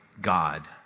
God